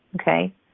okay